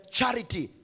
charity